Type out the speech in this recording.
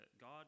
God